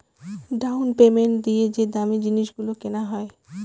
down payment দিয়ে যে দামী জিনিস গুলো কেনা হয়